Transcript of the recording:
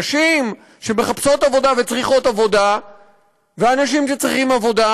נשים שמחפשות עבודה וצריכות עבודה ואנשים שצריכים עבודה,